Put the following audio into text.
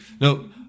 no